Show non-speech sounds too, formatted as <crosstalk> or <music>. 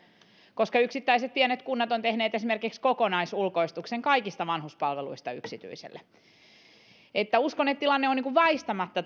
koska yksittäiset pienet kunnat ovat tehneet esimerkiksi kokonaisulkoistuksen kaikista vanhuspalveluista yksityiselle uskon että tilanne on väistämättä <unintelligible>